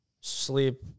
sleep